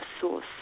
source